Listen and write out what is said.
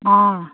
অঁ